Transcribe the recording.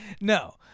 No